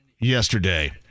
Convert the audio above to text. yesterday